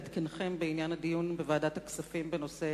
לעדכנכם בעניין הדיון בוועדת הכספים בנושא